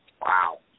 Wow